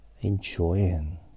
enjoying